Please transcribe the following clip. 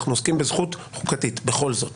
אנחנו עוסקים בזכות חוקתית בכל זאת